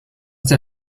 der